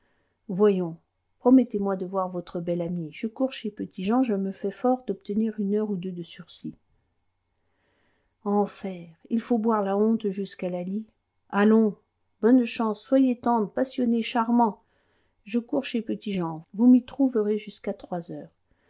voyons promettez-moi de voir votre belle amie je cours chez petit-jean je me fais fort d'obtenir une heure ou deux de sursis enfer il faut boire la honte jusqu'à la lie allons bonne chance soyez tendre passionné charmant je cours chez petit-jean vous m'y trouverez jusqu'à trois heures